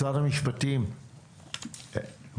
משרד המשפטים בבקשה.